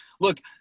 look